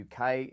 UK